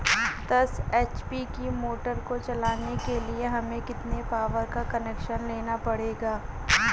दस एच.पी की मोटर को चलाने के लिए हमें कितने पावर का कनेक्शन लेना पड़ेगा?